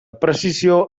precisió